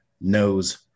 knows